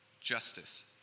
Justice